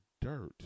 dirt